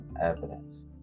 evidence